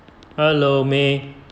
hello may